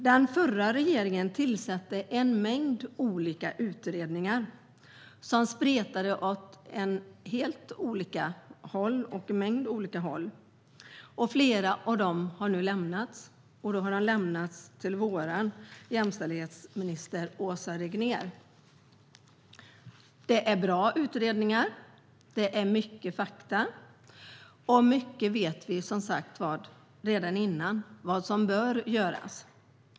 Den förra regeringen tillsatte en mängd olika utredningar som spretade åt olika håll. Flera av dessa utredningar har nu lämnats till vår jämställdhetsminister Åsa Regnér, och det är bra utredningar. Det är mycket fakta, och vi vet som sagt till stor del redan innan vad som bör göras.